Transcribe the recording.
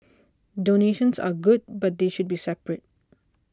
donations are good but they should be separate